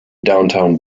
downtown